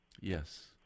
Yes